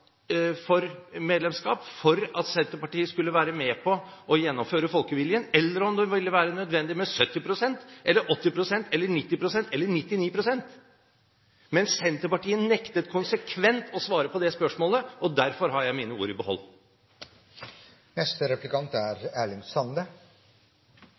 for medlemskap for at Senterpartiet skulle være med på å gjennomføre folkeviljen, eller om det ville være nødvendig med 70 pst., 80 pst., 90 pst. eller 99 pst. Men Senterpartiet nektet konsekvent å svare på det spørsmålet, og derfor har jeg mine ord i behold.